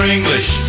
English